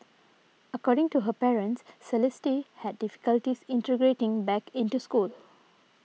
according to her parents Celeste had difficulties integrating back into school